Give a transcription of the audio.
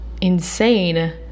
insane